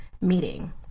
meeting